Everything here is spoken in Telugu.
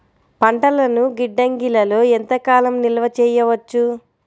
పంటలను గిడ్డంగిలలో ఎంత కాలం నిలవ చెయ్యవచ్చు?